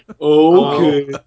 okay